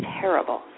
terrible